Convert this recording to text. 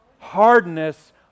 hardness